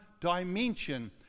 dimension